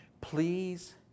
please